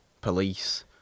police